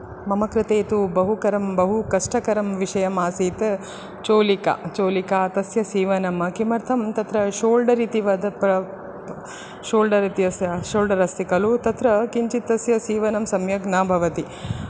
मम कृते तु बहुकरं बहुकष्टकरं विषयम् आसीत् चोलिका चोलिका तस्य सीवनं किमर्थं तत्र शोल्डर् इति वदत् शोल्डर् इत्यस्य शोल्डर् अस्ति खलु तत्र किञ्चित् तस्य सीवनं सम्यक् न भवति